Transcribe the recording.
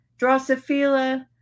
Drosophila